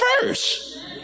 first